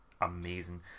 amazing